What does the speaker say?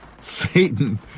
Satan